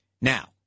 Now